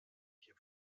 hier